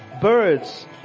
birds